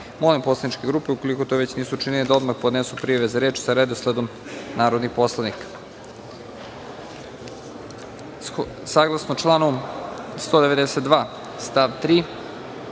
poslaničke grupe ukoliko to već nisu učinile da odmah podnesu prijave za reč sa redosledom narodnih poslanika. Saglasno članu 157. stav 1.